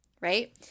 Right